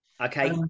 Okay